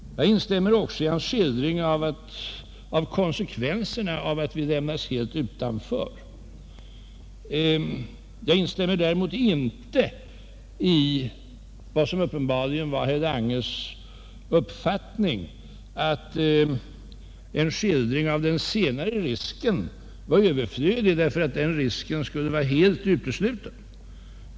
Jag instämmer också i hans skildring av konsekvenserna av att vi lämnas helt utanför. Däremot instämmer jag inte i vad som uppenbarligen var herr Langes uppfattning, nämligen att en skildring av den scnare risken var överflödig därför att denna var helt utesluten.